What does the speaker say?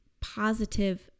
positive